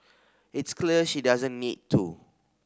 it's clear she doesn't need to